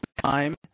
Time